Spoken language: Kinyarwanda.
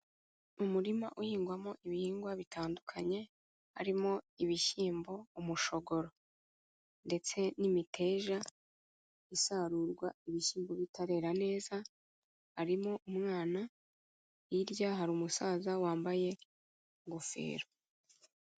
Umurima uhingwamo ibihingwa bitandukanye: harimo ibishyimbo, umushogoro ndetse n'imiteja isarurwa ibishyimbo bitarera neza; harimo umwana, hirya hari umusaza wambaye ingofero.